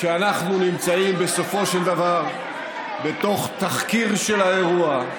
אנחנו נמצאים בסופו של דבר בתוך תחקיר של האירוע.